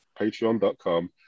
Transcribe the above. patreon.com